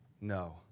no